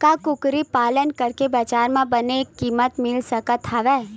का कुकरी पालन करके बजार म बने किमत मिल सकत हवय?